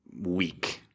weak